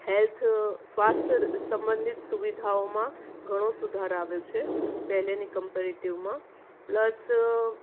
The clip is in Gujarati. હેલ્થ સ્વાસ્થ્ય સંબંધિત સુવિધાઓમાં ઘણો સુધાર આવ્યો છે પહેલેની કંપરેટિવમાં પ્લસ